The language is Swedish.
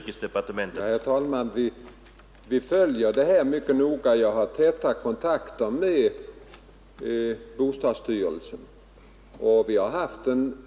Herr talman! Vi följer utvecklingen mycket noga. Jag har täta kontakter med bostadsstyrelsen.